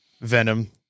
Venom